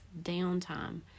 downtime